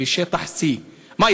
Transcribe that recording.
שטח C. מה,